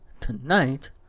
tonight